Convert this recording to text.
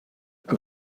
and